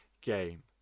game